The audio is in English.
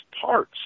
parts